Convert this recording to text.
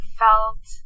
felt